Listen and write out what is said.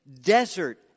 desert